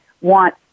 want